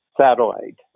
satellite